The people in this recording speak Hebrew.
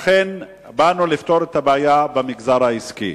לכן באנו לפתור את הבעיה במגזר העסקי.